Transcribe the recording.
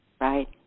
Right